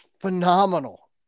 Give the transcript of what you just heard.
Phenomenal